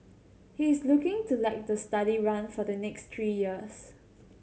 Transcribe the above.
he is looking to let the study run for the next three years